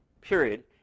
period